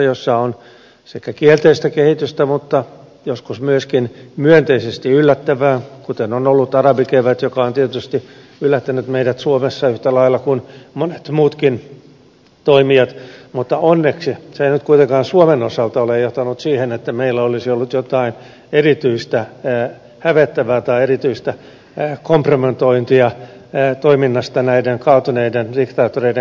siinä on sekä kielteistä kehitystä että joskus myöskin myönteisesti yllättävää kuten on ollut arabikevät joka on tietysti yllättänyt meidät suomessa yhtä lailla kuin monet muutkin toimijat mutta onneksi se ei nyt kuitenkaan suomen osalta ole johtanut siihen että meillä olisi ollut jotain erityistä hävettävää tai erityistä kompromettointia toiminnasta näiden kaatuneiden diktaattoreiden kanssa